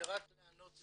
נעבור אליך.